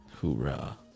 Hoorah